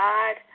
God